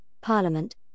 Parliament